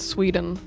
Sweden